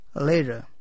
later